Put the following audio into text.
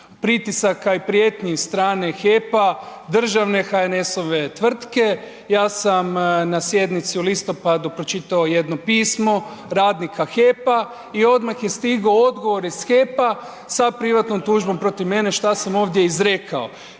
pritisaka i prijetnji iz strane HEP-a, državne HNS-ove tvrtke, ja sam na sjednici u listopadu pročitao jedno pismo radnika HEP-a i odmah je stigao odgovor iz HEP-a sa privatnom tužbom protiv mene šta sam ovdje izrekao,